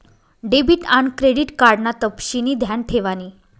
debit आन credit card ना तपशिनी ध्यान ठेवानी